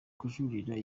kujuririra